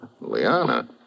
Liana